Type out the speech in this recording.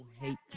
hate